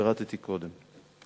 שפירטתי קודם.